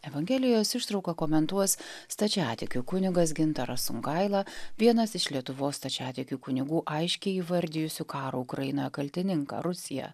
evangelijos ištrauką komentuos stačiatikių kunigas gintaras sungaila vienas iš lietuvos stačiatikių kunigų aiškiai įvardijusių karo ukrainoje kaltininką rusiją